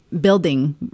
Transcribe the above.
building